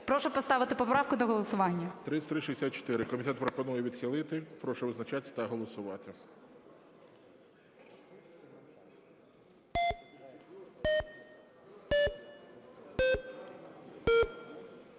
Прошу поставити поправку на голосування.